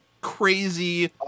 crazy